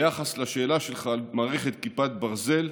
ביחס לשאלה שלך על מערכת כיפת ברזל,